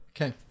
Okay